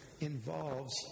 involves